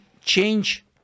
change